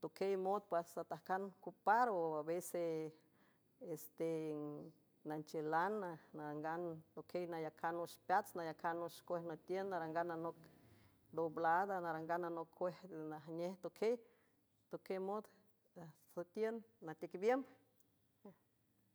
toquiey mod pa satajcan cuparo aveseeste nanchiülan narngntoquiey nayacan wüx peats nayacan wüx cuej nüetiün narangan nanoc doblada narangan nanoc cuej enajnej toquiey toquiey mod süetiün nateiquebiümb.